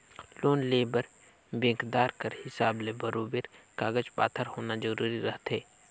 loan लेय बर बेंकदार कर हिसाब ले बरोबेर कागज पाथर होना जरूरी रहथे